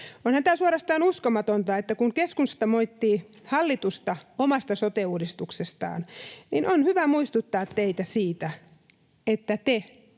Onhan tämä suorastaan uskomatonta, että keskusta moittii hallitusta omasta sote-uudistuksestaan. On hyvä muistuttaa teitä siitä, että te